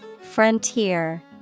Frontier